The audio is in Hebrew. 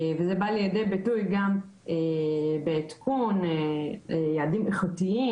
וזה בא לידי ביטוי גם בתיקון יעדים איכותיים